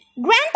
Grandpa